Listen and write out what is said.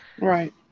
right